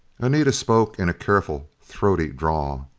anita spoke in a careful, throaty drawl.